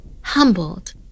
Humbled